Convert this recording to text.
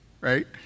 Right